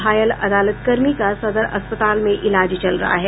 घायल अदालत कर्मी का सदर अस्पताल में इलाज चल रहा है